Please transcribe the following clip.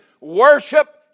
worship